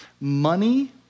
money